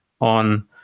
on